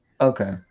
okay